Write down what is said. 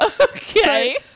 Okay